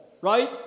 Right